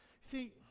See